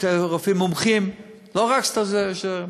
יותר רופאים מומחים, ולא רק סטאז'רים.